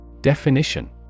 Definition